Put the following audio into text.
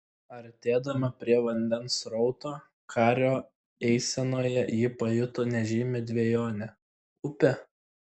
artėdama prie vandens srauto kario eisenoje ji pajuto nežymią dvejonę upė